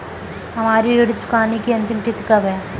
हमारी ऋण चुकाने की अंतिम तिथि कब है?